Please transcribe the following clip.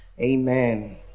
amen